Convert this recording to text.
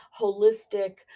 holistic